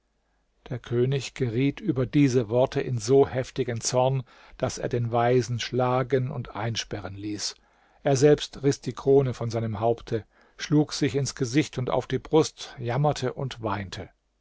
der könig geriet über diese worte in so heftigen zorn daß er den weisen schlagen und einsperren ließ er selbst riß die krone von seinem haupte schlug sich ins gesicht und auf die brust jammerte und weinte